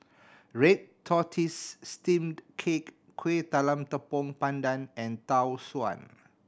red tortoise steamed cake Kueh Talam Tepong Pandan and Tau Suan